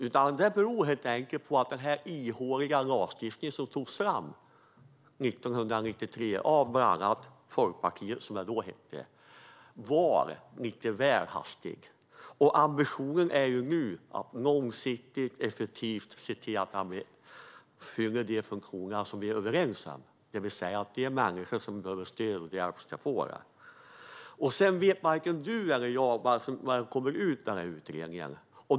Det hela beror helt enkelt på den ihåliga lagstiftning som togs fram 1993 av bland andra Folkpartiet, som det då hette, och att den skrevs lite väl hastigt. Ambitionen nu är att se till att lagstiftningen långsiktigt och effektivt fyller de funktioner som vi är överens om, det vill säga att de människor som behöver stöd och hjälp ska få det. Varken du eller jag vet vad som kommer ut ur utredningen.